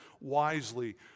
wisely